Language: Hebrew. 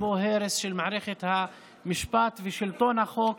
שיש בו הרס של מערכת המשפט ושלטון החוק